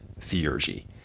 theurgy